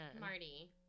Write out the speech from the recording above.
Marty